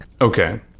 Okay